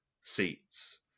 seats